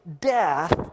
death